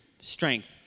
strength